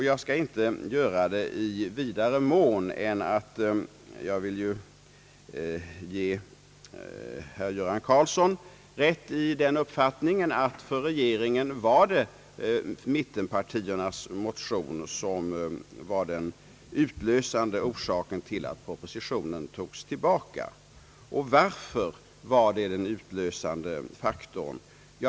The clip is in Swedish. Jag skall inte heller göra det i vidare mån än att jag vill ge herr Göran Karlsson rätt i att det var mit tenpartiernas motioner som var den utlösande orsaken till att propositionen togs tillbaka. Varför var dessa motioner den utlösande faktorn?